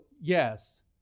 yes